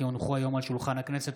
כי הונחו היום על שולחן הכנסת,